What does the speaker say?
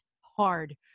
hard